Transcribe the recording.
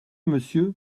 monsieur